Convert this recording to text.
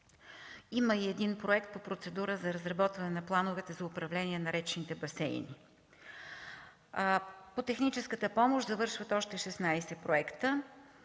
Има и един проект по процедура за разработване на плановете за управление на речните басейни. По техническата помощ завършват още 16 проекта.